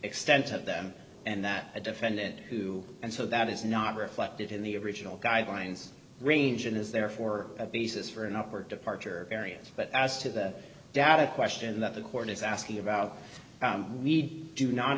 extent of them and that a defendant who and so that is not reflected in the original guidelines range and is therefore a basis for an upward departure area but as to that data question that the court is asking about need do not